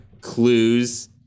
clues